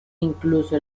incluso